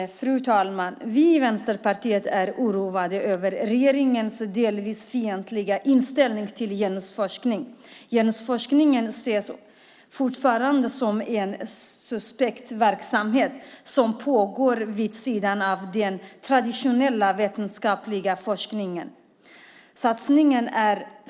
Fru talman! Vi i Vänsterpartiet är oroade över regeringens delvis fientliga inställning till genusforskning. Genusforskningen ses fortfarande som en suspekt verksamhet som pågår vid sidan av den traditionella vetenskapliga forskningen.